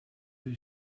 who